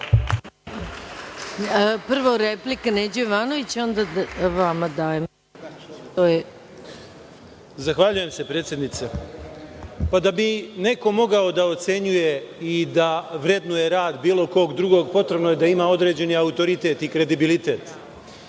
Prvo replika Neđo Jovanović, a onda vama dajem. **Neđo Jovanović** Zahvaljujem se, predsednice. Da bi neko mogao da ocenjuje i da vrednuje rad bilo kog drugog, potrebno je da ima određeni autoritet i kredibilitet.